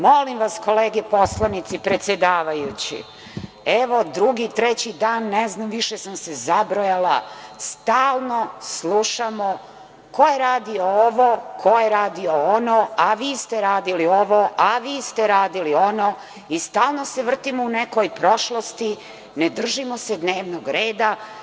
Molim vas, kolege poslanici, predsedavajući, evo, drugi-treći dan, ne znam, više sam se zabrojala, stalno slušamo ko je radio ovo, ko je radio ono, a vi ste radili ovo, a vi ste radili ono i stalno se vrtimo u nekoj prošlosti, ne držimo se dnevnog reda.